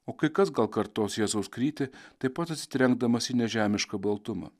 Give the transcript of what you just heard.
o kai kas gal kartos jėzaus krytį taip pat atsitrenkdamas į nežemišką baltumą